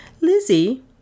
Lizzie